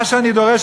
מה שאני דורש,